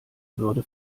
würde